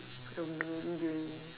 will be maybe doing